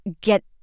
get